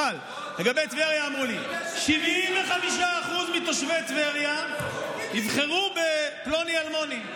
אבל לגבי טבריה אמרו לי: 75% מתושבי טבריה יבחרו בפלוני-אלמוני.